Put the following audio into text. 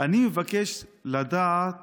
אני מבקש לדעת